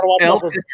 Elk